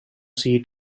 see